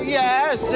yes